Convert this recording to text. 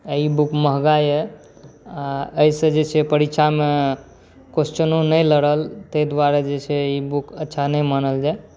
ई book महगा अइ आओर एहिसँ जे छै परीक्षामे क्वेश्चनो नहि लड़ल ताहि दुआरे जे छै ई बुक अच्छा नहि मानल जाए